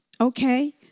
okay